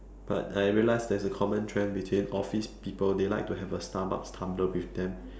but I realised there's a common trend between office people they like to have a starbucks tumbler with them